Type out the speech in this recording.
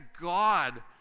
God